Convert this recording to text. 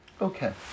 Okay